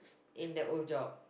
in the old job